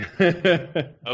Okay